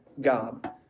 God